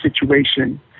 situation